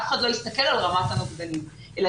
אף אחד לא הסתכל על רמת הנוגדנים אלא